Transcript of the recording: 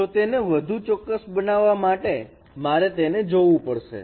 તો તેને વધુ ચોક્કસ બનાવવા માટે મારે તેને જોવું પડશે